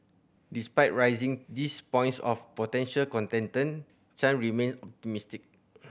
despite raising these points of potential contention Chan remain optimistic